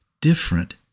different